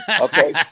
Okay